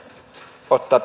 ottaa